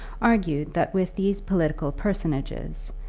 argued that with these political personages,